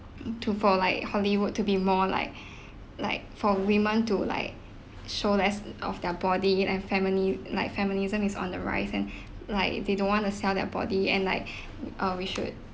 to for like Hollywood to be more like like for women to like show less uh of their body and feminine like feminism is on the rise and like they don't want to sell their body and like uh we should